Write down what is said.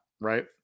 Right